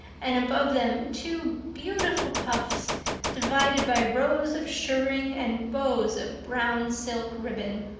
and above them two beautiful puffs divided by rows of shirring and bows of brown-silk ribbon.